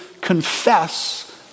confess